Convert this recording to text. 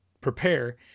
prepare